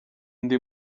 ndi